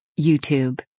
YouTube